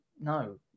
no